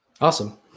Awesome